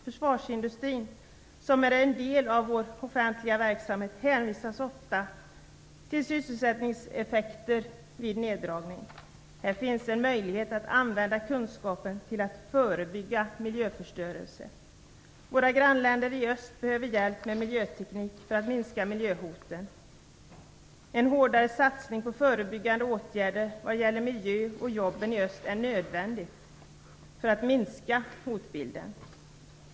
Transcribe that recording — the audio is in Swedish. Försvarsindustrin som är en del av vår offentliga verksamhet hänvisar ofta till sysselsättningseffekter vid neddragningar. Här finns en möjlighet att använda kunskapen till att förebygga miljöförstörelse. Våra grannländer i öst behöver hjälp med miljöteknik för att minska miljöhoten. En hårdare satsning på förebyggande åtgärder vad gäller miljön och jobben i öst är nödvändigt för att minska hotbilden.